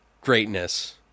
greatness